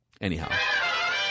anyhow